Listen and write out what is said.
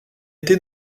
été